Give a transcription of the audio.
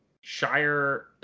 Shire